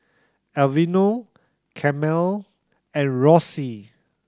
Aveeno Camel and Roxy